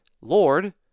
Lord